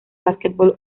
básquetbol